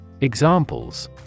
Examples